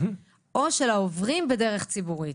או של העוברים בדרך ציבורית.